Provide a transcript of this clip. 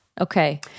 Okay